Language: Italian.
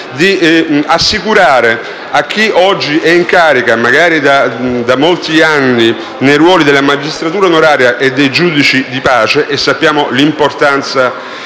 di assicurare a chi oggi è in carica, magari da molti anni, nei ruoli della magistratura onoraria e dei giudici di pace - e sappiamo quale sia l'importanza a livello